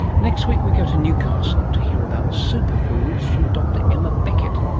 next week we go to newcastle to hear about superfoods from dr emma beckett